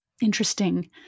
interesting